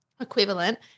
equivalent